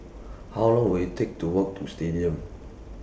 How Long Will IT Take to Walk to Stadium